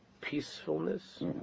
peacefulness